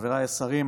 חבריי השרים,